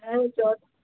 হ্যাঁ ওই জ্বর